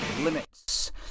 limits